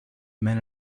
men